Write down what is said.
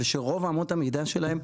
ושרוב אמות המידה שלהן,